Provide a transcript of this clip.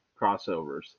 crossovers